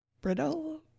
brittle